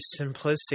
simplistic